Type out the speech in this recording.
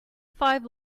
five